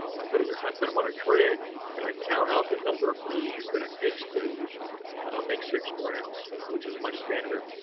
i put them. and i put them on a tray and i count out the number of bees that it takes to make six grams, which is my standard.